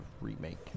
remake